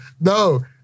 no